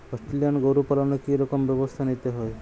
Australian গরু পালনে কি রকম ব্যবস্থা নিতে হয়?